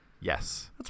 Yes